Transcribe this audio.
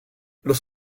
los